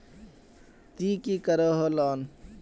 ती की करोहो लोन?